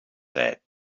said